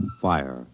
fire